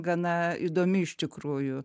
gana įdomi iš tikrųjų